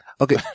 Okay